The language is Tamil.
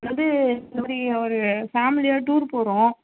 வந்து இந்த மாதிரி ஒரு ஃபேமிலியோடு டூர் போகிறோம்